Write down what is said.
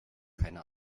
keine